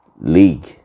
League